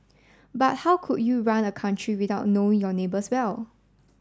but how could you run a country without knowing your neighbours well